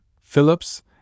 Phillips